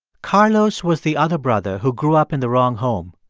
carlos was the other brother who grew up in the wrong home.